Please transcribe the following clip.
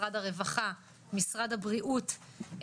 משרד הרווחה ומשרד הבריאות,